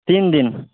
تین دن